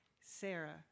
Sarah